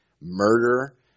murder